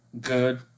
good